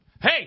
Hey